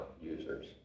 users